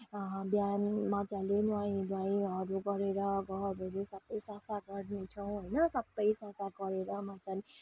बिहान मज्जाले नुहाइ धुवाइहरू गरेर घरहरू सबै सफा गरिदिन्छौँ होइन सबै सफा गरेर मजाले